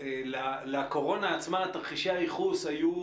לקורונה עצמה תרחישי הייחוס היו,